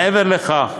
מעבר לכך,